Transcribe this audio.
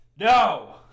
No